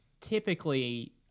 Typically